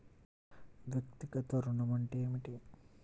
వ్యక్తిగత ఋణం అంటే ఏమిటి?